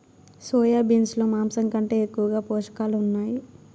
soya beans లో మాంసం కంటే ఎక్కువగా పోషకాలు ఉన్నాయి